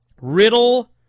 Riddle